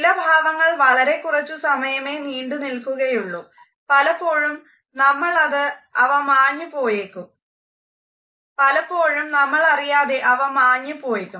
ചില ഭാവങ്ങൾ വളരെ കുറച്ചു സമയമേ നീണ്ടു നിൽകുകയുള്ളൂ പലപ്പോഴും നമ്മൾ അറിയാതെ അവ മാഞ്ഞു പോയേക്കും